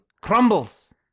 Crumbles